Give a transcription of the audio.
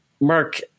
Mark